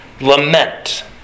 lament